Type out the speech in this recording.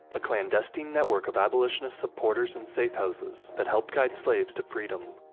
a clandestine network of abolitionist supporters and safehouses that helped guide slaves to freedom.